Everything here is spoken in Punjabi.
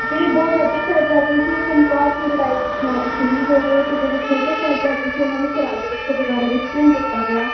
ਜਿਹੜੇ ਦੋ ਵੱਡੇ ਸਾਹਿਬਜ਼ਾਦੇ ਸੀ ਉਹ ਚਮਕੌਰ ਦੀ ਲੜਾਈ ਵਿੱਚ ਮਾਰ ਸ਼ਹੀਦ ਹੋ ਗਏ ਅਤੇ ਜਿਹੜੇ ਛੋਟੇ ਸਾਹਿਬਜ਼ਾਦੇ ਸੀ ਉਹਨਾਂ ਨੂੰ ਸਰਹਿੰਦ ਵਿੱਚ ਦੀਵਾਰਾਂ ਵਿੱਚ ਚਿਣ ਦਿੱਤਾ ਗਿਆ